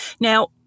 Now